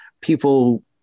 people